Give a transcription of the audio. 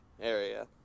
area